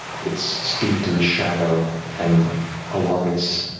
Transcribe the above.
it's steeped in shadow and along its